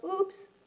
Oops